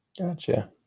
Gotcha